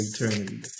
eternity